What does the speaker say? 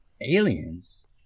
Aliens